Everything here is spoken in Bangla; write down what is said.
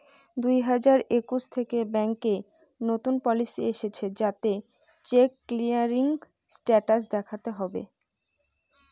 দুই হাজার একুশ থেকে ব্যাঙ্কে নতুন পলিসি এসেছে যাতে চেক ক্লিয়ারিং স্টেটাস দেখাতে হবে